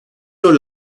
rol